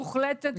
מוחלטת?